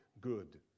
good